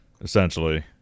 Essentially